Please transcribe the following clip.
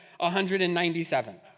197